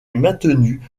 maintenus